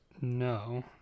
No